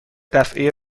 دفعه